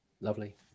Lovely